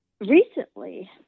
recently